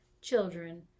children